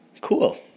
Cool